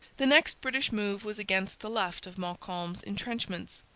the next british move was against the left of montcalm's entrenchments.